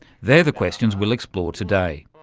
they're the questions we'll explore today.